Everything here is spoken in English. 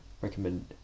recommend